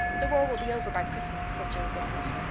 the war will be over by christmas, said joe vickers.